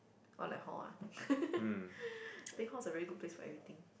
or like hall ah I think hall is a very good place for everything